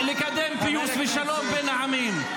אתם לא רוצים לקדם פיוס ושלום בין העמים.